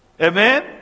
Amen